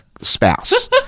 spouse